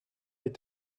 est